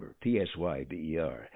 P-S-Y-B-E-R